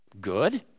good